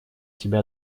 себя